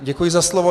Děkuji za slovo.